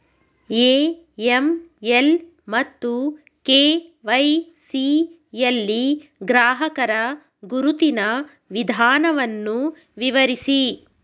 AML ಮತ್ತು KYC ಯಲ್ಲಿ ಗ್ರಾಹಕರ ಗುರುತಿನ ವಿಧಾನವನ್ನು ವಿವರಿಸಿ?